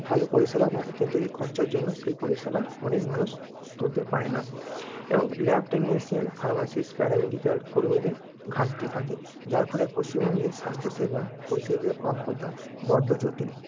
ভালো পরিষেবা পায় কিন্তু ওই খরচার জন্য সেই পরিষেবা অনেক মানুষ তুলতে পারে না এবং ল্যাব টেকনিশিয়ান ফার্মাসিস্ট প্যারামেডিকাল কর্মীদের ঘাটতি থাকে যার ফলে পশ্চিমবঙ্গে স্বাস্থ্যসেবা পরিষদের প্রাপ্যতা বড্ড জটিল